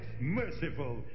merciful